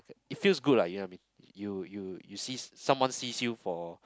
it feels good lah you know what I mean you you you see someone sees you for